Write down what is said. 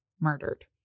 murdered